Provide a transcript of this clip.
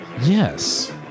Yes